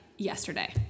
Yesterday